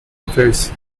affairs